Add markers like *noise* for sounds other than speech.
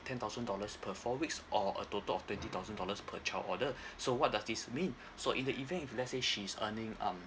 ten thousand dollars per four weeks or a total of twenty thousand dollars per child order *breath* so what does this mean *breath* so in the event if let's say she's earning um